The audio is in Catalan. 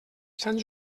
sant